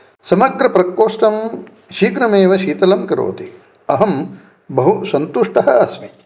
समग्रप्रकोष्ठं शीघ्रमेव शीतलं करोति अहं बहु सन्तुष्टः अस्मि